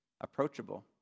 approachable